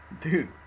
dude